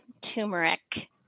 turmeric